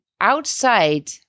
outside